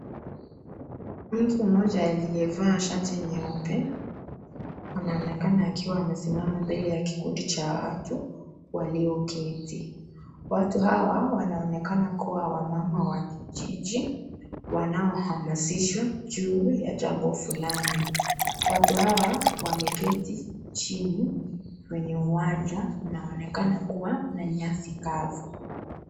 Mtu mmoja aliyevaa shati nyeupe, anaonekana akiwa amesimama mbele ya kikundi cha watu, walio keti, watu hawa wanaonekana kuwa wamama wa kijiji, wanao hamasisha juu ya jambo fulani, watu hawa wameketi chini kwenye uwanja, inaonekana kuwa na nyasi kavu.